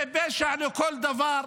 זה פשע לכל דבר.